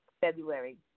February